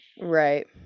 right